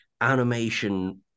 animation